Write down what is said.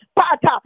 pata